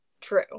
true